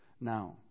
now